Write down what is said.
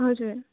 हजुर